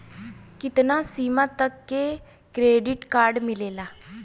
कितना सीमा तक के क्रेडिट कार्ड मिलेला?